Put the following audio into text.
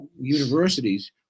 universities